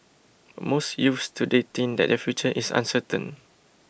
most youths today think that their future is uncertain